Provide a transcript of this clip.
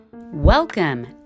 Welcome